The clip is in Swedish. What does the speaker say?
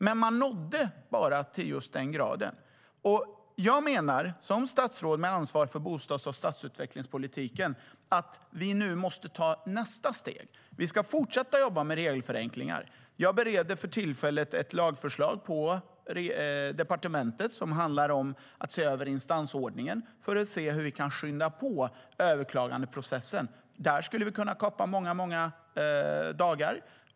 Men man nådde bara till just den graden. Som statsråd med ansvar för bostads och stadsutvecklingspolitiken menar jag att vi nu måste ta nästa steg. Vi ska fortsätta att jobba med regelförenklingar. Jag bereder för närvarande ett lagförslag på departementet som handlar om att se över instansordningen för att skynda på överklagandeprocessen. Där skulle vi kunna kapa många dagar.